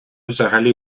взагалі